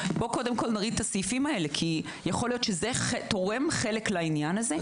בואו נוריד את הסעיפים הללו כי יכול להיות שזה תורם לעניין הזה.